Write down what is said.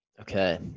Okay